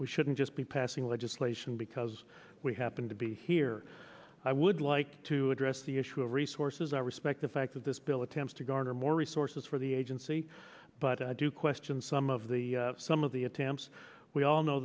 we shouldn't just be passing legislation because we happen to be here i would like to address the issue of resources i respect the fact that this bill attempts to garner more resources for the agency but i do question some of the some of the attempts we all know